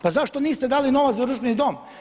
Pa zašto niste dali novac za društveni dom?